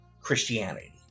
christianity